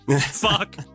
Fuck